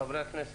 חברות הכנסת,